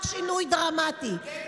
רק שינוי דרמטי,